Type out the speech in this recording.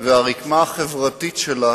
והרקמה החברתית שלה